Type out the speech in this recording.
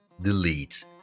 delete